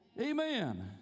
Amen